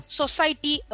society